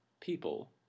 people